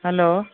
hello